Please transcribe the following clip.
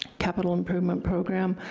capital improvement program.